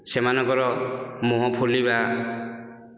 ସେମାନଙ୍କର ମୁହଁ ଫୁଲିବା